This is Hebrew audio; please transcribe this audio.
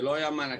זה לא היה מענקים,